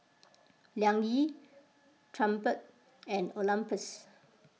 Liang Yi Triumph and Olympus